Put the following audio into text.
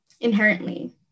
inherently